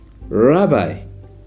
Rabbi